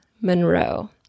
Monroe